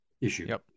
issue